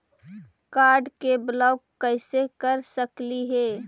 Card के block कैसे कर सकली हे?